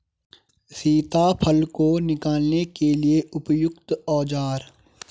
सीताफल को निकालने के लिए उपयुक्त औज़ार?